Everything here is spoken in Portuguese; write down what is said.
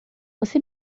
você